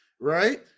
right